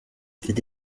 mfite